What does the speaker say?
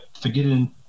forgetting